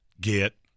Get